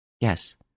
Yes